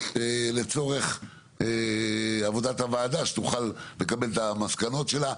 לצורך עבודת הוועדה שתוכל לקבל את המסקנות שלה.